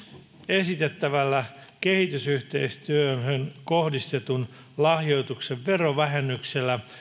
esitettävällä kehitysyhteistyöhön kohdistetun lahjoituksen verovähennyksellä